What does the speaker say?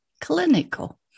clinical